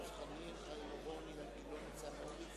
אדוני היושב-ראש,